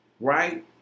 Right